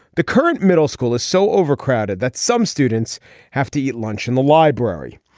the current middle school is so overcrowded that some students have to eat lunch in the library.